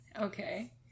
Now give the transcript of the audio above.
Okay